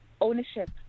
ownership